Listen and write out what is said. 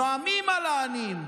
נואמים על העניים,